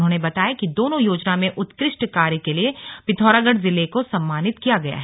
उन्होंने बताया कि दोनों योजना में उत्कृष्ट कार्य के लिए पिथौरागढ़ जिले को सम्मानित किया गया है